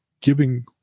giving